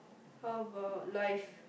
how about life